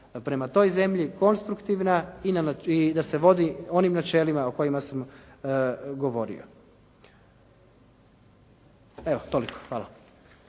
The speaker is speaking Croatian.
prema toj zemlji konstruktivna i da se vodi onim načelima o kojima sam govorio. Evo, toliko. Hvala.